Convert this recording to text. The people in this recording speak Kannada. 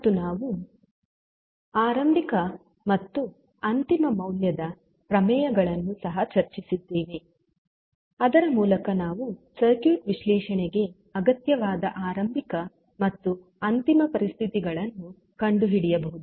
ಮತ್ತು ನಾವು ಆರಂಭಿಕ ಮತ್ತು ಅಂತಿಮ ಮೌಲ್ಯದ ಪ್ರಮೇಯಗಳನ್ನು ಸಹ ಚರ್ಚಿಸಿದ್ದೇವೆ ಅದರ ಮೂಲಕ ನಾವು ಸರ್ಕ್ಯೂಟ್ ವಿಶ್ಲೇಷಣೆಗೆ ಅಗತ್ಯವಾದ ಆರಂಭಿಕ ಮತ್ತು ಅಂತಿಮ ಪರಿಸ್ಥಿತಿಗಳನ್ನು ಕಂಡುಹಿಡಿಯಬಹುದು